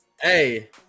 hey